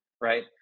right